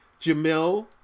Jamil